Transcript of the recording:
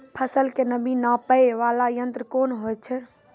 फसल के नमी नापैय वाला यंत्र कोन होय छै